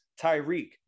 Tyreek